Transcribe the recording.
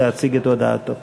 להציג את הודעתו.